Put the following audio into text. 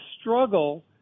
struggle